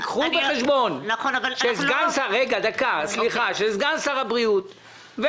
תיקחו בחשבון שסגן שר הבריאות,